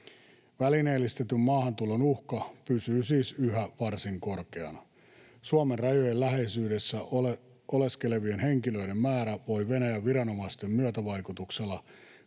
Välineellistetyn maahantulon uhka pysyy siis yhä varsin korkeana. Suomen rajojen läheisyydessä oleskelevien henkilöiden määrä voi Venäjän viranomaisten myötävaikutuksella